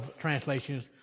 translations